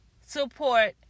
support